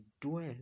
dwell